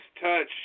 touch